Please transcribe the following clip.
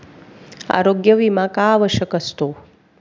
आरोग्य विमा का आवश्यक असतो?